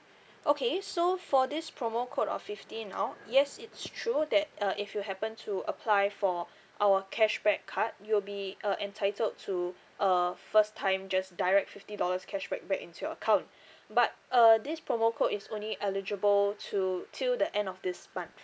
okay so for this promo code of fifty now yes it's true that uh if you happen to apply for our cashback card you'll be uh entitled to a first time just direct fifty dollars cash right back into your account but uh this promo code is only eligible to till the end of this month